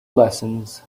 lessons